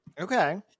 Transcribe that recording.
Okay